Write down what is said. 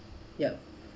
yup